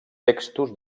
textos